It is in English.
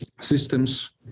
systems